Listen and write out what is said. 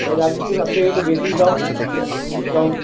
ওরা যা দিচ্ছে তার থেকে একটু বেশিই দাও ডিসকাউন্ট